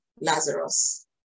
Lazarus